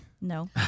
No